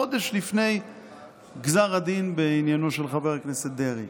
חודש לפני גזר הדין בעניינו של חבר הכנסת דרעי,